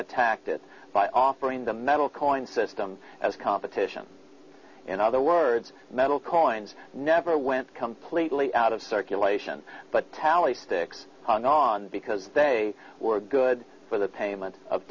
attacked it by offering the metal coin system as competition in other words metal callings never went completely out of circulation but tally sticks on because they were good for the payment of